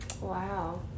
Wow